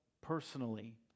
personally